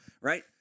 right